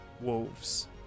wolves